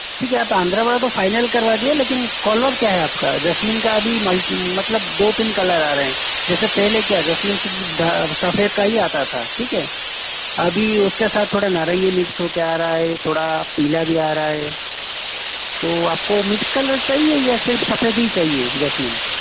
ठीक है आप आंध्रा वाला तो फाइनल करवा दिए लेकिन कॉलर क्या है आप का जैस्मिन का अभी मतलब दो तीन कलर आ रहे हैं जैसे पहले क्या जैस्मिन सिर्फ़ सफ़ेद का ही आता था ठीक है अभी उसके साथ थोड़ा नारंगी मिक्स हो के आ रहा है थोड़ा पीला भी आ रहा है तो आप को मिक्स कलर चाहिए या फिर सफ़ेद ही चाहिए जैस्मिन